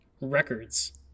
records